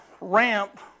ramp